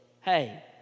hey